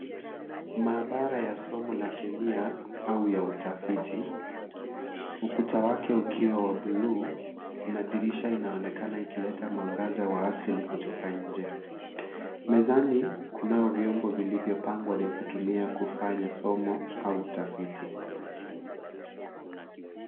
Maabara ya somo la kemia au ya utafiti, ukuta wake ukiwa wa bluu na dirisha inaonekana ikileta mwangaza wa asili kutoka nje, mezani kunayo vyombo vilivyopangwa vya kutumia kufanya somo au utafiti.